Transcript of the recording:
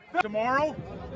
Tomorrow